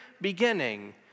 beginning